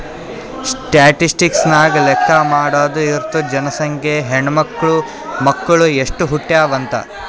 statistics ನಾಗ್ ಲೆಕ್ಕಾ ಮಾಡಾದು ಇರ್ತುದ್ ಜನಸಂಖ್ಯೆ, ಹೆಣ್ಮಕ್ಳು, ಮಕ್ಕುಳ್ ಎಸ್ಟ್ ಹುಟ್ಯಾವ್ ಅಂತ್